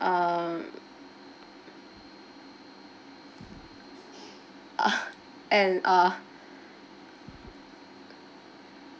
um ah and uh